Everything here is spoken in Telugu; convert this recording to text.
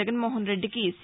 జగన్మోహన్రెడ్డికి సి